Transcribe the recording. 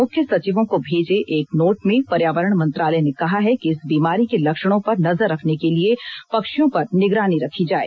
मुख्य सचिवों को भेजे एक नोट में पर्यावरण मंत्रालय ने कहा है कि इस बीमारी के लक्षणों पर नजर रखने के लिए पक्षियों पर निगरानी रखी जाए